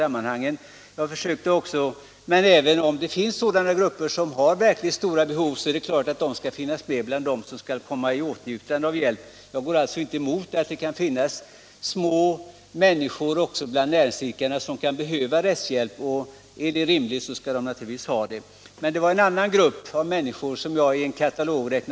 Men om det finns grupper som har verkligt stora behov är det klart att de skall finnas med bland dem som kommer i åtnjutande av hjälp. Jag bestrider alltså inte att det kan finnas små människor som kan behöva rättshjälp också bland näringsidkarna. Är det rimligt skall de naturligtvis ha det. Men det var andra grupper som jag räknade upp i en katalog.